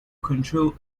control